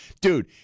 Dude